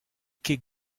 ket